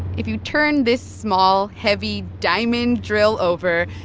if you turn this small, heavy diamond drill over,